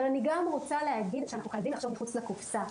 אבל אני גם רוצה להגיד שאנחנו חייבים לחשוב מחוץ לקופסא,